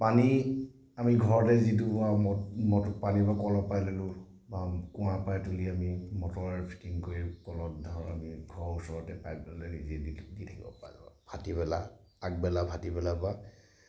পানী আমি ঘৰতে যিটো মটৰ পানী বা কলৰ পৰাই ল'লোঁ কুঁৱা কুঁৱাৰ পৰাই তুলি আনি মটৰ ফিটিং কৰি কলত ধৰক ঘৰৰ ওচৰতে পাইপডালে নিজে দি দি থাকিব পাৰিব ভাটিবেলা আগবেলা ভাটিবেলা বা